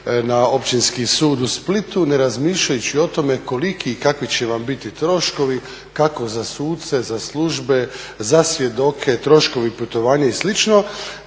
na Općinski sud u Splitu ne razmišljajući o tome koliki i kakvi će vam biti troškovi, kako za suce, za službe, za svjedoke, troškovi putovanja i